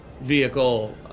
vehicle